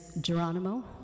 Geronimo